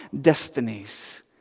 destinies